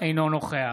אינו נוכח